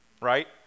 Right